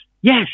Yes